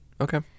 Okay